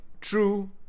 true